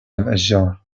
الأشجار